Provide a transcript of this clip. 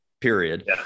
period